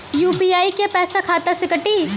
UPI क पैसा खाता से कटी?